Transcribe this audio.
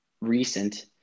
recent